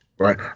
Right